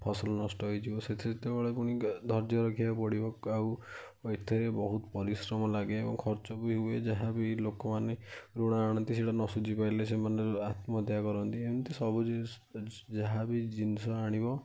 ଫସଲ ନଷ୍ଟ ହୋଇଯିବ ସେଥିରେ ସେତେବେଳେ ପୁଣି ଧର୍ଯ୍ୟ ରଖିବାକୁ ପଡ଼ିବ ଆଉ ଏଥିରେ ବହୁତ ପରିଶ୍ରମ ଲାଗେ ଓ ଖର୍ଚ୍ଚ ବି ହୁଏ ଯାହା ବି ଲୋକମାନେ ଋଣ ଆଣନ୍ତି ସେଇଟା ନ ସୁଜି ପାଇଲେ ସେମାନେ ଆତ୍ମହତ୍ୟା କରନ୍ତି ଏମିତି ସବୁ ଜିନିଷ ଯାହା ବି ଜିନିଷ ଆଣିବ